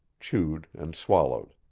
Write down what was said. chewed and swallowed.